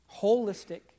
Holistic